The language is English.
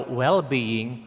well-being